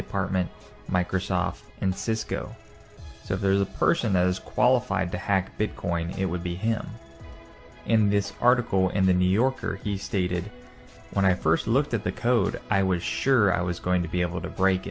department microsoft and cisco so there's a person as qualified to hack bitcoin it would be him in this article in the new yorker he stated when i first looked at the code i was sure i was going to be able to break